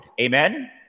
Amen